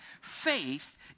Faith